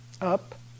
up